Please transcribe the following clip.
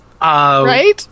Right